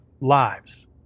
lives